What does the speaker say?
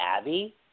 Abby